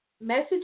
message